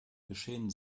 geschehen